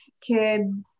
kids